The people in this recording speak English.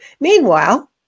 Meanwhile